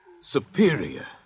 Superior